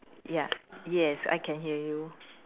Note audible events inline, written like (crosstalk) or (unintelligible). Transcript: (unintelligible)